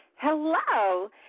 Hello